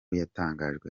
yatangajwe